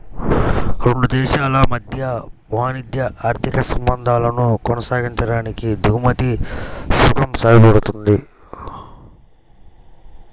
రెండు దేశాల మధ్య వాణిజ్య, ఆర్థిక సంబంధాలను కొనసాగించడానికి దిగుమతి సుంకం సాయపడుతుంది